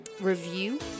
Review